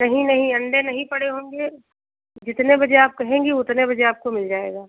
नहीं नहीं अन्डे नहीं पड़े होंगे जितने बजे आप कहेंगी उतने बजे आपको मिल जाएगा